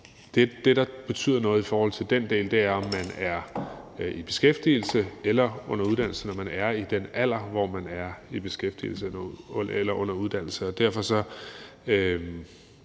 det, der betyder noget i forhold til den del, er, om man er i beskæftigelse eller under uddannelse, når man er i den alder, hvor man kan være i beskæftigelse eller under uddannelse.